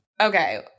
Okay